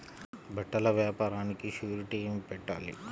బట్టల వ్యాపారానికి షూరిటీ ఏమి పెట్టాలి?